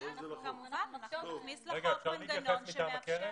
כמובן אנחנו נכניס לחוק מנגנון שמאפשר.